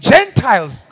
Gentiles